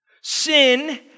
Sin